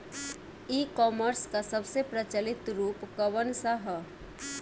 ई कॉमर्स क सबसे प्रचलित रूप कवन सा ह?